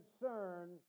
concern